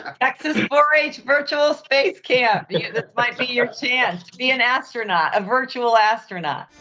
um texas four h virtual space camp, this might be your chance, to be an astronaut, a virtual astronaut.